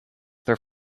their